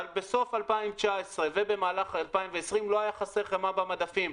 בסוף 2019 ובמהלך 2020 לא הייתה חסרה חמאה במדפים.